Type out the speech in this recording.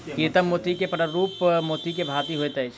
कृत्रिम मोती के स्वरूप प्राकृतिक मोती के भांति होइत अछि